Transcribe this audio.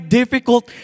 difficult